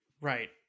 Right